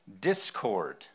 discord